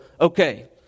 okay